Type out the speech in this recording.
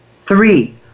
Three